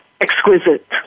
exquisite